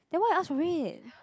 then you why ask for it